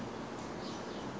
sister's brother